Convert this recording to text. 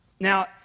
Now